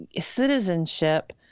citizenship